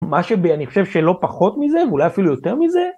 מה שבי-אני חושב שלא פחות מזה, אולי אפילו יותר מזה,